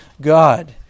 God